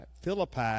Philippi